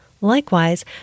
Likewise